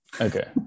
okay